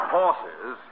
horses